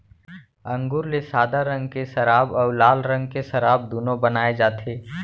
अंगुर ले सादा रंग के सराब अउ लाल रंग के सराब दुनो बनाए जाथे